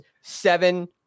seven